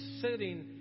sitting